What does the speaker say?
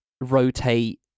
rotate